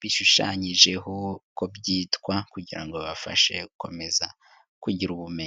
bishushanyijeho uko byitwa kugira ngo bibafashe gukomeza kugira ubumenyi.